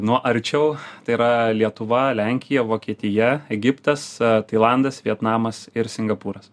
nuo arčiau tai yra lietuva lenkija vokietija egiptas tailandas vietnamas ir singapūras